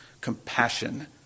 compassion